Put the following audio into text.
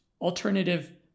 alternative